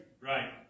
Right